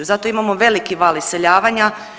Zato imamo veliki val iseljavanja.